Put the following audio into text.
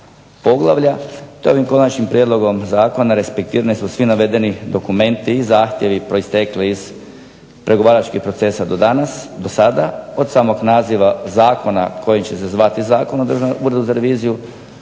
poglavlja, te ovim konačnim prijedlogom zakona respektirani su svi navedeni dokumenti i zahtjevi proistekli iz pregovaračkog procesa do sada od samog naziva zakona koji će se zvati Zakon o Državnom uredu za reviziju